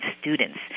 students